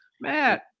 matt